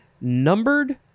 Numbered